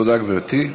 תודה, גברתי.